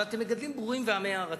אבל אתם מגדלים בורים ועמי ארצות.